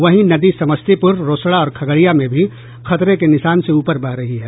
वहीं नदी समस्तीपुर रोसड़ा और खगड़िया में भी खतरे के निशान से ऊपर बह रही है